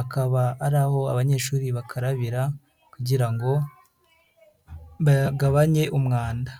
akaba ari aho abanyeshuri bakarabira kugira ngo bagabanye umwanda.